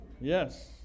Yes